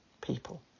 people